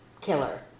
killer